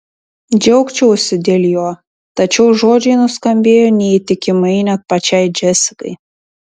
džiaugčiausi dėl jo tačiau žodžiai nuskambėjo neįtikimai net pačiai džesikai